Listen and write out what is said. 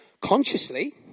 consciously